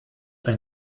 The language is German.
ein